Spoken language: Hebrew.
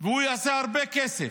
והוא יעשה הרבה כסף.